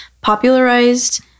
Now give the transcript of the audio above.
popularized